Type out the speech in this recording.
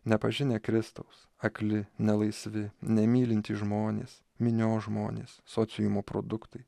nepažinę kristaus akli nelaisvi nemylintys žmonės minios žmonės sociumo produktai